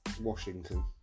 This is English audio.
Washington